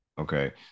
Okay